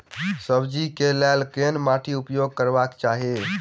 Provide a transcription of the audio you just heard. सब्जी कऽ लेल केहन माटि उपयोग करबाक चाहि?